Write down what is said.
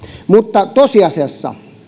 mutta tosiasiassa